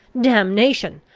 damnation!